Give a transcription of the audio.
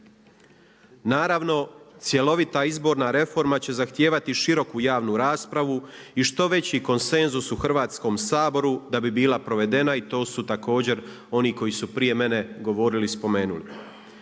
Naravno, cjelovita izborna reforma će zahtijevati široku javnu raspravu i što veći konsenzus u Hrvatskom saboru da bi bila provedena i to su također oni koji su prije mene govorili i spomenuli.